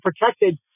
protected